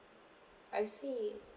I see